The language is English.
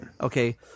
Okay